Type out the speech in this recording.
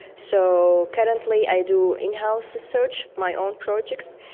so currently i do in-house research, my own projects,